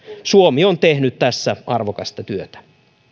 suomi on tehnyt tässä arvokasta työtä